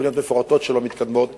תוכניות מפורטות שלא מתקדמות,